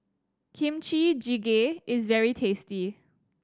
Kimchi Jjigae is very tasty